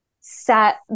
set